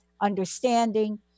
understanding